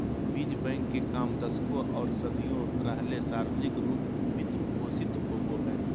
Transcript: बीज बैंक के काम दशकों आर सदियों रहले सार्वजनिक रूप वित्त पोषित होबे हइ